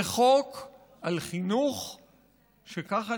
זה חוק על חינוך שנכתב,